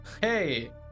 Hey